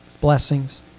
blessings